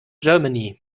germany